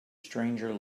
stranger